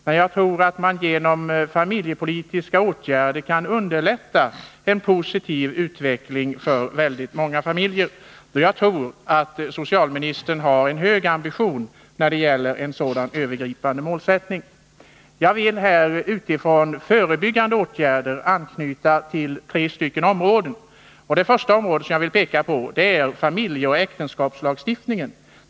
Men jag tror att man genom familjepolitiska åtgärder kan underlätta en positiv utveckling för många familjer. Jag tror att socialministern har en hög ambition när det gäller en sådan övergripande målsättning. Jag vill i fråga om förebyggande åtgärder anknyta till tre områden. Det första området jag vill peka på är familjeoch äktenskapslagstiftningen.